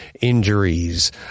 injuries